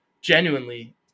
genuinely